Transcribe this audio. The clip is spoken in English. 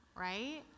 right